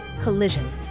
Collision